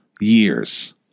years